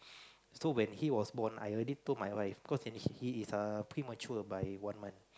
so when he was born I already told my wife cause he he is premature by one month